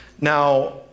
Now